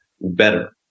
better